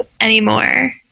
anymore